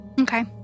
Okay